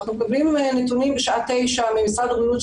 אנחנו מקבלים נתונים בשעה תשע ממשרד הבריאות,